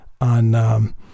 on